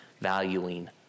Valuing